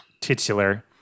titular